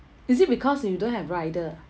is it because you don't have rider ah